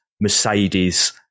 Mercedes